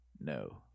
No